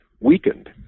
weakened